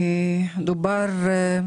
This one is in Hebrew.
איני